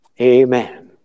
Amen